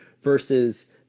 versus